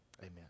Amen